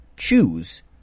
choose